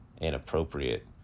inappropriate